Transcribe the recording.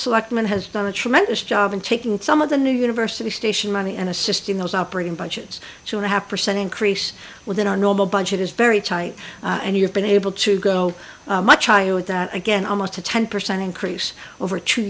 selectmen has done a tremendous job in taking some of the new university station money and assisting those operating budgets two and a half percent increase within our normal budget is very tight and you have been able to go much higher with that again almost a ten percent increase over to